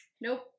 Nope